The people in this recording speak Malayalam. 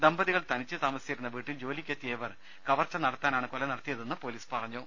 ദമ്പതികൾ തനിച്ച് താമസിച്ചിരുന്ന വീട്ടിൽ ജോലിക്കെത്തിയ ഇവർ കവർച്ച നടത്താനാണ് കൊല നടത്തിയതെന്ന് പൊലീസ് പറഞ്ഞു